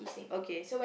okay